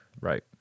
Right